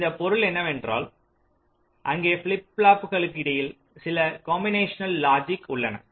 இதன் பொருள் என்னவென்றால் அங்கே ஃபிளிப் ஃப்ளாப்புகளுக்கு இடையில் சில காம்பினேஷனால் லாஜிக் உள்ளன